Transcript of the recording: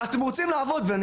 אתם רוצים לעבוד על היהודים,